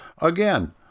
Again